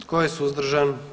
Tko je suzdržan?